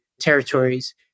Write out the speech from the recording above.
territories